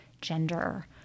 gender